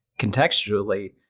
contextually